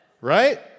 right